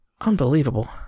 Unbelievable